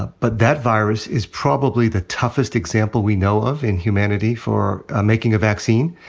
but that virus is probably the toughest example we know of in humanity for making a vaccine.